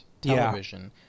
television